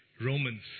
Romans